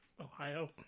Ohio